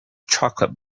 chocolate